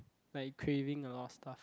like craving a lot of stuff